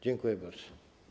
Dziękuję bardzo.